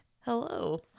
Hello